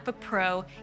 Pro